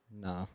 No